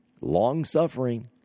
long-suffering